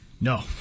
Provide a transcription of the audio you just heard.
No